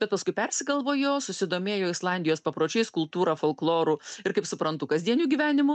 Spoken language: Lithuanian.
bet paskui persigalvojo susidomėjo islandijos papročiais kultūra folkloru ir kaip suprantu kasdieniu gyvenimu